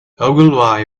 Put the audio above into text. ogilvy